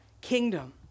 kingdom